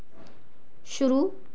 शुरू